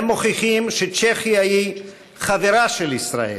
הם מוכיחים שצ'כיה היא חברה של ישראל,